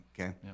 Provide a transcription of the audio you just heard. okay